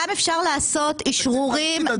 אפשר לעשות אישרורים.